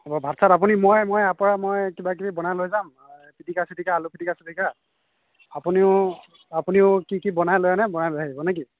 হব ভাত চাত আপুনি মই মই ইয়াৰ পৰা মই কিবা কিবি বনাই লৈ যাম এই পিটিকা চিটিকা আলু পিটিকা চিটিকা আপুনিও আপুনিও কি কি বনাই লৈ আনে বনাই লৈ আহিব নে কি